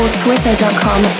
twitter.com